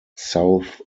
south